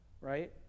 right